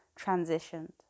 transitioned